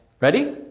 Ready